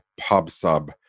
PubSub